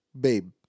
babe